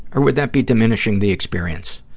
or would that be diminishing the experience?